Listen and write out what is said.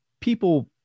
people